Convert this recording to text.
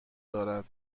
دارد